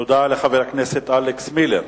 תודה לחבר הכנסת אלכס מילר.